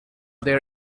their